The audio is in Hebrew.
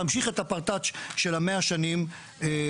להמשיך את הפרטץ' של ה-100 שנים האחרונות.